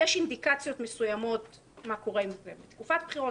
יש אינדיקציות מסוימות מה קורה עם זה בתקופת בחירות,